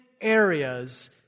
areas